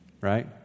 Right